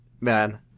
man